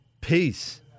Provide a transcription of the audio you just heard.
Peace